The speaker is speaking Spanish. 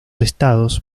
estados